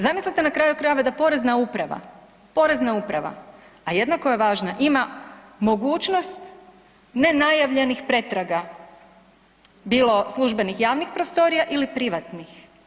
Zamislite na kraju krajeva da Porezna uprava, Porezna uprava, a jednako je važna ima mogućnost nenajavljenih pretraga bilo službenih javnih prostorija ili privatnih.